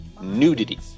nudity